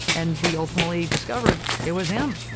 and we ultimately discovered it was him.